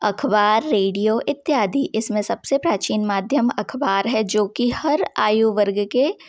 अखबार रेडियो इत्यादि इसमें सबसे प्राचीन माध्यम अखबार है जो कि हर आयु वर्ग के